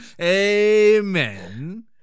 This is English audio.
Amen